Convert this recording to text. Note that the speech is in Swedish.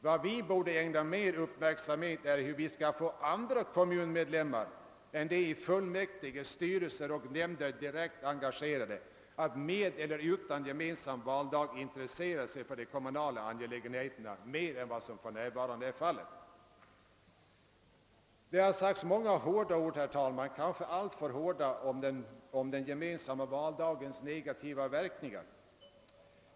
Vad vi borde ägna mera uppmärksamhet är hur vi skall få andra kommunmedlemmar än de, som i fullmäktige, styrelser och nämnder är direkt engagerade, att med eller utan gemensam valdag intressera sig för de kommunala angelägenheterna mer än vad som för närvarande är fallet. Det har sagts många hårda ord, herr talman, kanske alltför hårda om den gemensamma valdagens negativa verkningar.